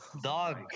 Dog